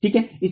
ठीक है न